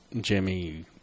Jimmy